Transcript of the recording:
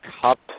cup